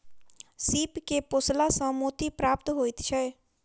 सीप के पोसला सॅ मोती प्राप्त होइत छै